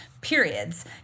periods